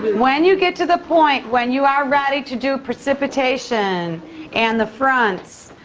when you get to the point when you are ready to do precipitation and the fronts,